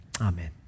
Amen